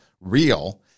real